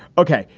ok,